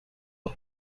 por